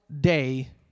day